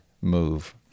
move